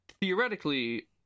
theoretically